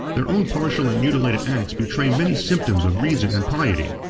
their own partial and mutilated acts betray many symptoms of reason and piety.